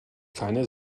keine